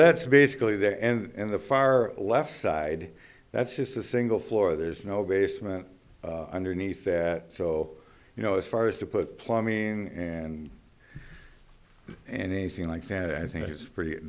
that's basically the end and the far left side that's just a single floor there's no basement underneath that so you know as far as to put plumbing and anything like that i think it's pretty